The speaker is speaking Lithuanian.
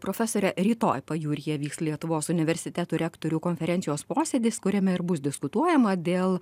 profesore rytoj pajūryje vyks lietuvos universitetų rektorių konferencijos posėdis kuriame ir bus diskutuojama dėl